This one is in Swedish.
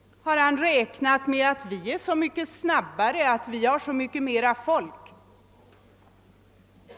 Har man räknat med att vi är så mycket snabbare och har så mycket mera folk?